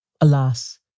Alas